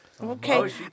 okay